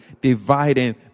dividing